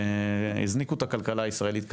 והזניקו את הכלכלה הישראלית קדימה.